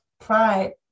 Pride